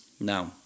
Now